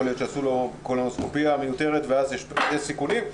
יכול להיות שיעשו לו קולונוסקופיה מיותרת ויהיו כל מיני סיכונים.